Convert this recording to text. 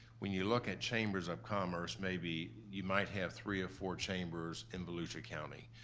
when you look at chambers of commerce, maybe you might have three of four chambers in volusia county,